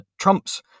Trump's